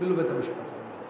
אפילו בית-המשפט העליון.